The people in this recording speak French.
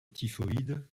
typhoïde